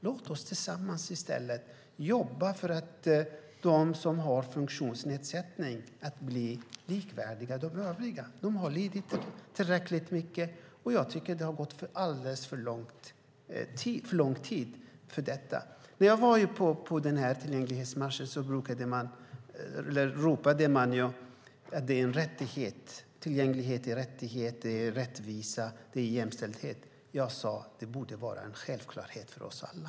Låt oss i stället jobba tillsammans för att de som har funktionsnedsättning ska bli likvärdiga de övriga! De har lidit tillräckligt mycket, och jag tycker att det har gått alldeles för lång tid. När jag var på tillgänglighetsmarschen ropade man att tillgänglighet är en rättighet, att det är fråga om rättvisa och jämställdhet. Jag sade att det borde vara en självklarhet för oss alla.